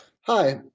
Hi